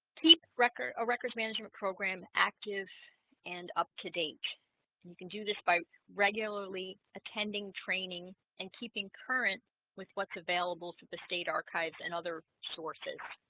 keep record a records management program active and up to date and you can do this by regularly attending training and keeping current with what's available to the state archives and other sources